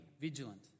vigilant